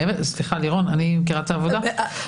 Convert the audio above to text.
לירון, אני מכירה את העבודה.